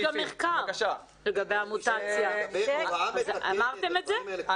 יש גם מחקר לגבי המוטציה, אמרתם את זה?